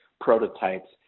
prototypes